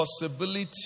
possibility